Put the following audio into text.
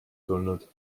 tulnud